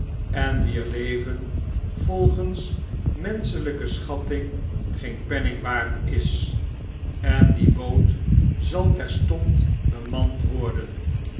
en wier leven volgens menschelijke schatting geen penning waard is en die boot zal terstond bemand worden